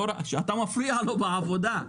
שאנחנו מפריעים לנהג בעבודה.